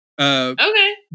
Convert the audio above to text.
Okay